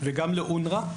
וגם לאונר״א.